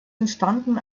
entstanden